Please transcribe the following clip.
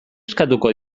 eskatuko